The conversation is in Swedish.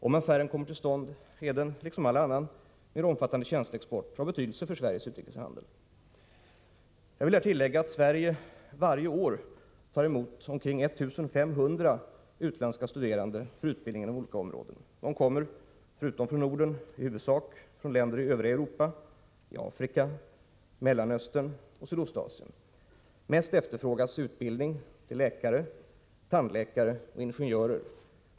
Om affären kommer till stånd är den, liksom all annan mer omfattande tjänsteexport, av betydelse för Sveriges utrikeshandel. Jag vill här tillägga att Sverige varje år tar emot omkring 1-500 utländska studerande för utbildning inom olika områden. De kommer, förutom från Norden, i huvudsak från länder i övriga Europa, i Afrika, Mellanöstern och Sydostasien. Mest efterfrågas utbildning till läkare, tandläkare och ingenjörer.